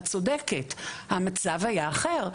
את צודקת המצב היה אחר,